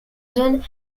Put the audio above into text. zone